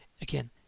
Again